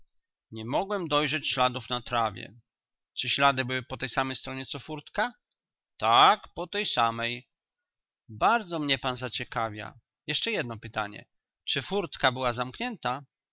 nie mogłem dojrzeć śladów na trawie czy ślady były po tej samej stronie co furtka tak po tej samej bardzo mnie pan zaciekawia jeszcze jedno pytanie czy furtka była zamknięta